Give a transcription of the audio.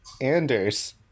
Anders